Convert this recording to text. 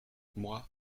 moi